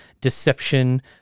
deception